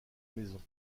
maison